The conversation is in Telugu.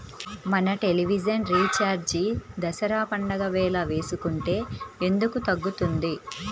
మన టెలివిజన్ రీఛార్జి దసరా పండగ వేళ వేసుకుంటే ఎందుకు తగ్గుతుంది?